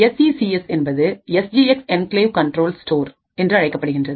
S E C S என்பது S G X enclave control store என்று அழைக்கப்படுகின்றது